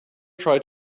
tried